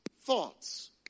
thoughts